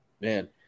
Man